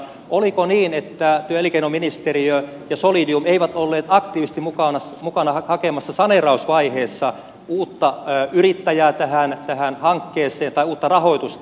oliko niin että työ ja elinkeinoministeriö ja solidium eivät olleet aktiivisesti mukana hakemassa saneerausvaiheessa uutta yrittäjää tähän hankkeeseen tai uutta rahoitusta